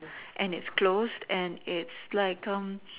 and it's closed and it's like um